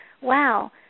wow